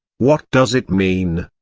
what does it mean?